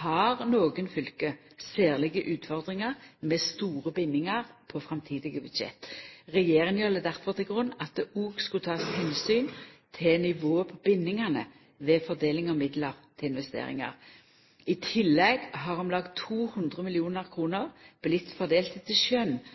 har nokre fylke særlege utfordringar med store bindingar på framtidige budsjett. Regjeringa la difor til grunn at det òg skulle takast omsyn til nivået på bindingane ved fordeling av midlar til investeringar. I tillegg har om lag 200 mill. kr vorte fordelte etter skjønn til